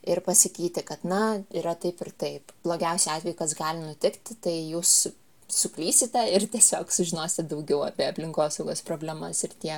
ir pasakyti kad na yra taip ir taip blogiausiu atveju kas gali nutikti tai jūs suklysite ir tiesiog sužinosite daugiau apie aplinkosaugos problemas ir tiek